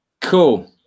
Cool